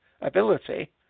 ability